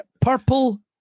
Purple